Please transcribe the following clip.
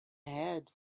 had